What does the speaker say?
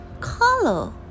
color